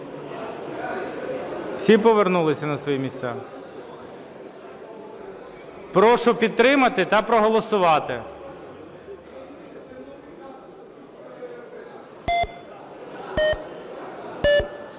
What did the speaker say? Всі повернулися на свої місця? Прошу підтримати та проголосувати.